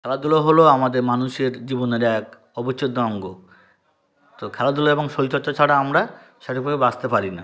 খেলাধুলা হল আমাদের মানুষের জীবনের এক অবিচ্ছেদ্য অঙ্গ তো খেলাধুলা এবং শরীরচর্চা ছাড়া আমরা সেরকম ভাবে বাঁসতে পারি না